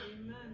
Amen